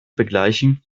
begleichen